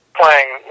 playing